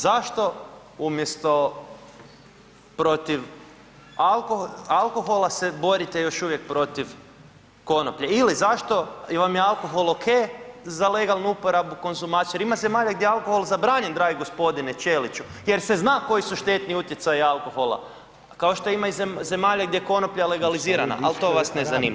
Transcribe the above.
Zašto umjesto protiv alkohola se borite još uvijek protiv konoplje ili zašto jel vam je alkohol ok za legalnu uporabu, konzumaciju jer ima zemalja gdje je alkohol zabranjen dragi gospodine Ćeliću jer se zna koji su štetni utjecaji alkohola, kao što ima i zemalja gdje je konoplja legalizirana, ali to vas ne zanima.